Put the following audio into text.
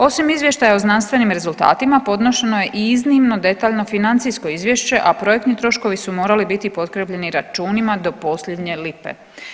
Osim izvještaja o znanstvenim rezultatima podnošeno je i iznimno detaljno financijsko izvješće, a projektni troškovi su morali biti potkrijepljeni računima do posljednje lipe.